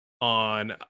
on